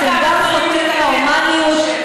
אתם גם חוטאים להומניות,